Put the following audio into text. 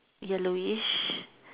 yellowish